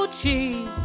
cheap